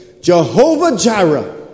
Jehovah-Jireh